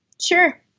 Sure